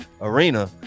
arena